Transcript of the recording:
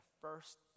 first